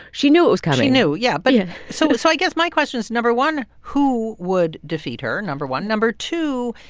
she knew it was coming she knew, yeah. but yeah so but so i guess my question is, number one, who would defeat her? number one. number two,